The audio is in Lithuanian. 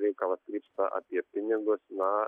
reikalas krypsta apie pinigus na